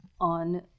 on